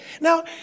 Now